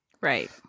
Right